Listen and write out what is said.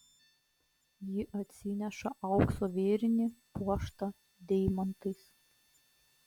ji atsineša aukso vėrinį puoštą deimantais